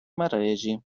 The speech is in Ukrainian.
мережі